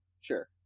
Sure